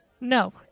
No